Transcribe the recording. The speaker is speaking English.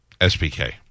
SPK